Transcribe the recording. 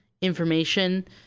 information